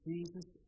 Jesus